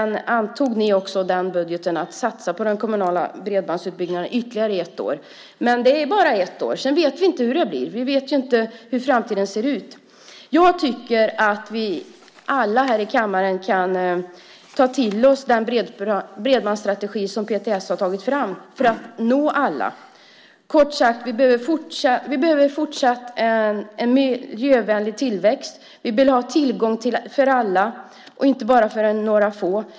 Ni antog budgeten att satsa på den kommunala bredbandsutbyggnaden ytterligare ett år. Men det är bara ett år. Sedan vet vi inte hur det blir. Vi vet inte hur framtiden ser ut. Jag tycker att vi alla här i kammaren kan ta till oss den bredbandsstrategi som PTS har tagit fram för att nå alla. Kort sagt behöver vi fortsatt en miljövänlig tillväxt. Vi vill ha tillgång för alla, inte bara för några få.